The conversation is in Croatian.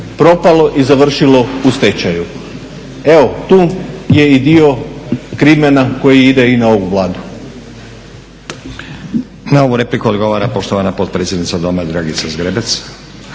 propalo i završilo u stečaju. Evo, tu je i dio krimena koji ide i na ovu Vladu. **Stazić, Nenad (SDP)** Na ovu repliku odgovara poštovana potpredsjednica Doma, Dragica Zgrebec.